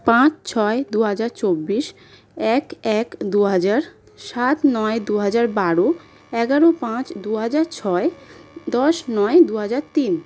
পাঁচ ছয় দু হাজার চব্বিশ এক এক দু হাজার সাত নয় দু হাজার বারো এগারো পাঁচ দু হাজার ছয় দশ নয় দু হাজার তিন